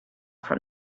from